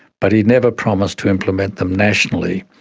but he never promised to implement them nationally.